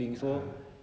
ah